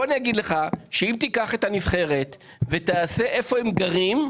אם תיקח את הנבחרת ותבדוק איפה הם גרים,